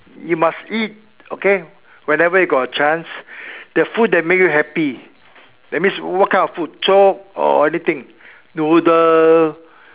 you must eat okay whenever you got a chance the food that make you happy that means what kind of food so or anything noodle